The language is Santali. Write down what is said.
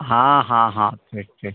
ᱦᱮᱸ ᱦᱮᱸ ᱦᱮᱸ ᱴᱷᱤᱠ ᱴᱷᱤᱠ